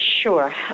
Sure